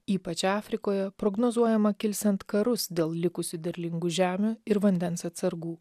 ypač afrikoje prognozuojama kilsiant karus dėl likusių derlingų žemių ir vandens atsargų